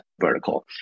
vertical